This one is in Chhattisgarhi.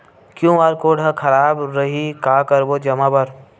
क्यू.आर कोड हा खराब रही का करबो जमा बर?